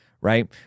right